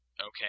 Okay